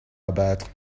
abattre